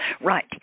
Right